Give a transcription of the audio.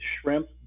shrimp